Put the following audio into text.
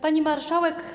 Pani Marszałek!